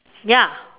ya